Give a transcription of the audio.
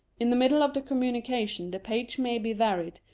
in the middle of the communication the page may be varied,